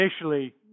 initially